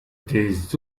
des